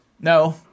no